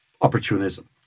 opportunism